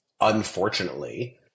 unfortunately